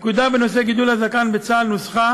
הפקודה בנושא גידול הזקן בצה"ל נוסחה